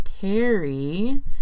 Perry